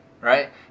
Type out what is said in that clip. right